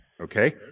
okay